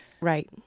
Right